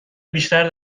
بیشتر